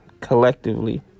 collectively